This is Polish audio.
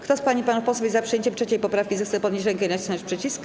Kto z pań i panów posłów jest za przyjęciem 3. poprawki, zechce podnieść rękę i nacisnąć przycisk.